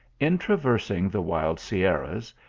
in traversing the wild sierras,